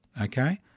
Okay